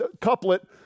couplet